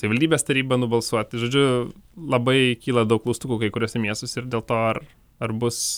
savivaldybės taryba nubalsuot tai žodžiu labai kyla daug klaustukų kai kuriuose miestuose ir dėl to ar ar bus